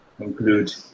conclude